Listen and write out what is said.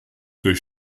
durch